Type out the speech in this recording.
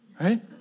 Right